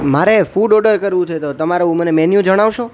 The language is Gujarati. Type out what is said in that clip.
મારે ફૂડ ઓડર કરવું છે તો તમારું મને મેન્યૂ જણાવશો